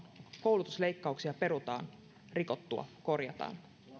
koulutusleikkauksia perutaan rikottua korjataan